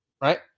right